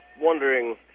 wondering